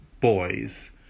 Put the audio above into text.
boys